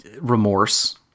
remorse